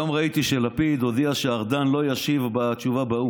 היום ראיתי שלפיד הודיע שארדן לא ישיב בתשובה באו"ם.